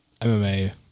MMA